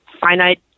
finite